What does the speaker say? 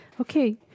Okay